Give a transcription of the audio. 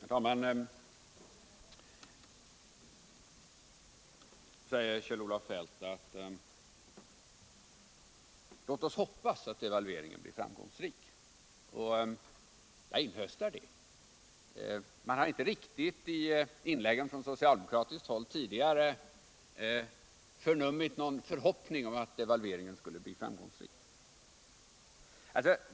Herr talman! Nu säger Kjell-Olof Feldt: Låt oss hoppas att devalveringen blir framgångsrik! Jag inhöstar det. Man har inte riktigt tidigare i inläggen från socialdemokratiskt håll förnummit någon förhoppning om att devalveringen skulle bli framgångsrik.